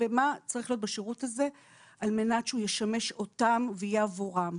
ומה צריך להיות בשרות הזה על מנת שהוא ישמש אותם ויהיה עבורם.